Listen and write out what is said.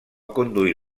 conduir